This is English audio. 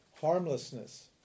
harmlessness